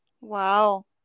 Wow